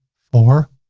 four,